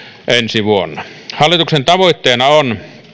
ensi vuonna hallituksen tavoitteena on